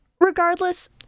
Regardless